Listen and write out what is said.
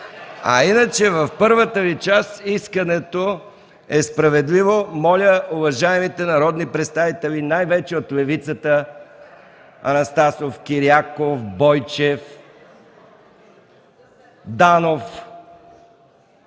А иначе в първата част искането Ви е справедливо. Моля, уважаемите народни представители, най-вече от левицата: Анастасов, Киряков, Бойчев, Данов, госпожо